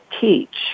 teach